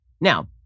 Now